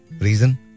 Reason